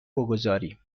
بگذاریم